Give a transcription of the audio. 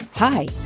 Hi